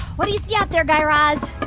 what do you see out there, guy raz?